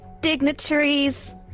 dignitaries